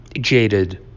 jaded